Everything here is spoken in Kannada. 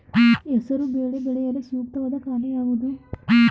ಹೆಸರು ಬೇಳೆ ಬೆಳೆಯಲು ಸೂಕ್ತವಾದ ಕಾಲ ಯಾವುದು?